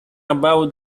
about